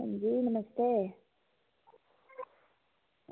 अंजी नमस्ते